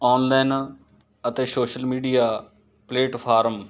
online ਅਤੇ social media platform